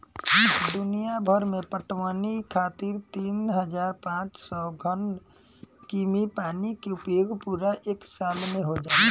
दुनियाभर में पटवनी खातिर तीन हज़ार पाँच सौ घन कीमी पानी के उपयोग पूरा एक साल में हो जाला